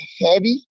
heavy